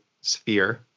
sphere